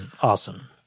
awesome